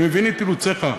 אני מבין את אילוציך.